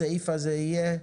הסעיף הזה יהיה,